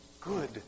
good